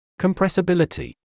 Compressibility